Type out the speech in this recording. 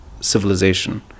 civilization